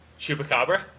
Chupacabra